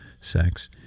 sex